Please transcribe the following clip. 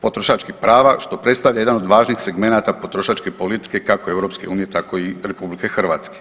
potrošačkih prava, što predstavlja jedan od važnijih segmenata potrošačke politike, kako EU, tako i RH.